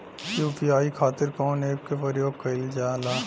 UPI खातीर कवन ऐपके प्रयोग कइलजाला?